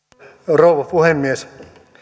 rouva puhemies